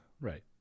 Right